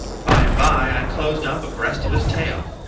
by and by i closed up abreast of his tail.